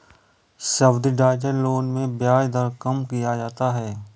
subsidised loan में ब्याज दर कम किया जाता है